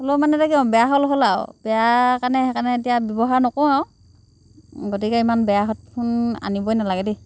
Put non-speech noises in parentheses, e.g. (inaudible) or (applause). (unintelligible) বেয়া হ'ল হ'ল আৰু বেয়া কাৰণে সেইকাৰণে এতিয়া ব্যৱহাৰ নকৰোঁ আৰু গতিকে ইমান বেয়া হেডফোন আনিবই নালাগে দেই